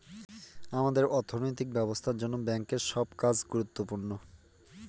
আমাদের অর্থনৈতিক ব্যবস্থার জন্য ব্যাঙ্কের সব কাজ গুরুত্বপূর্ণ